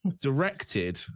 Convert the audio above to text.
Directed